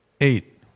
eight